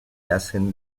hacen